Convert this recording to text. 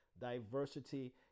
diversity